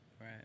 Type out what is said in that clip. Right